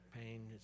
pain